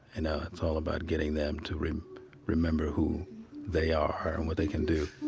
you know it's all about getting them to remember who they are and what they can do